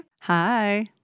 Hi